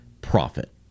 profit